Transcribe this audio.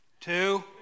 two